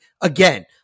Again